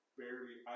barely